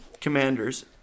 Commanders